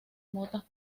motas